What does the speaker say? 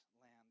land